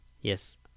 Yes